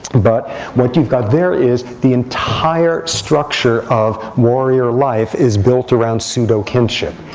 but what you've got there is the entire structure of warrior life is built around pseudo kinship.